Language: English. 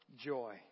joy